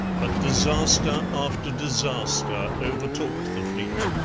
but disaster after disaster overtook the fleet.